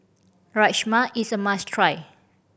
rajma is a must try